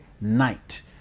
night